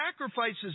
sacrifices